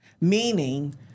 Meaning